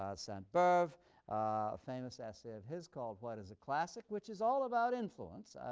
ah sainte-beuve, a famous essay of his called what is a classic? which is all about influence.